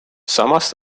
samas